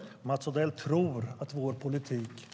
Herr talman! Mats Odell tror att vår politik